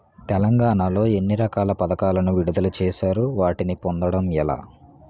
తెలంగాణ లో ఎన్ని రకాల పథకాలను విడుదల చేశారు? వాటిని పొందడం ఎలా?